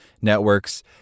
networks